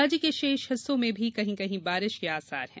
राज्य के शेष हिस्सों में भी कहीं कहीं बारिश के आसार है